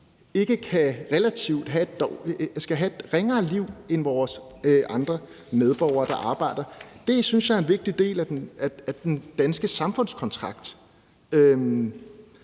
skal have et ringere liv end vores andre medborgere, der arbejder. Det synes jeg er en vigtig del af den danske samfundskontrakt,